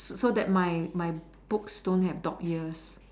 so so that my my books don't have dog ears